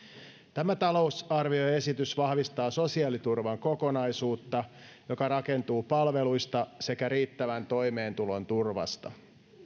tämä talousarvioesitys vahvistaa sosiaaliturvan kokonaisuutta joka rakentuu palveluista sekä riittävän toimeentulon turvasta